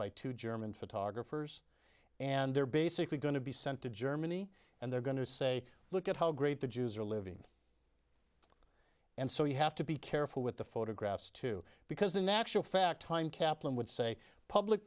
by two german photographers and they're basically going to be sent to germany and they're going to say look at how great the jews are living and so you have to be careful with the photographs too because the natural fact time kaplan would say public